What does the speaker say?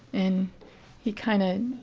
and he kind of,